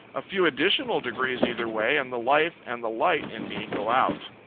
a few additional degrees either way, and the life and the light in me go out.